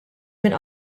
minn